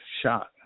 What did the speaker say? shot